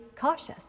cautious